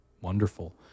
wonderful